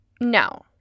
No